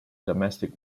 domestic